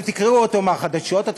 אתם תקרעו אותו מהחדשות.